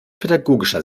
pädagogischer